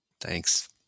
Thanks